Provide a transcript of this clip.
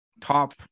top